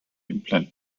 implant